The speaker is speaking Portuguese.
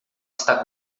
está